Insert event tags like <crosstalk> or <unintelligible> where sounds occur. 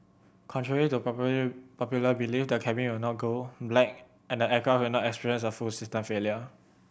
contrary to <unintelligible> popular belief that cabin will not go black and the aircraft will not experience a full system failure